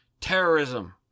terrorism